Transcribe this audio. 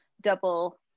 double